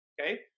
okay